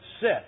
sit